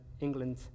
England